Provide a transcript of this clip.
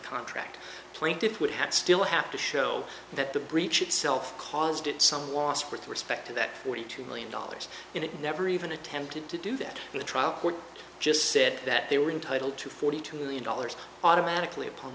plaintiffs would have still have to show that the breach itself caused it some loss of her to respect to that forty two million dollars and it never even attempted to do that in the trial court just said that they were entitled to forty two million dollars automatically upon